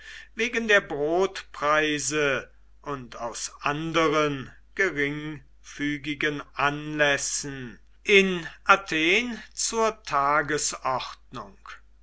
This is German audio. wegen der brotpreise und aus anderen geringfügigen anlässen in athen zur tagesordnung